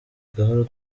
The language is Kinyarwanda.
gahoro